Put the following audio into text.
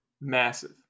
Massive